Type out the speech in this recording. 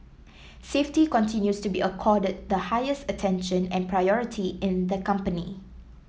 safety continues to be accorded the highest attention and priority in the company